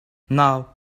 now